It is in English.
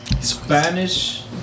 Spanish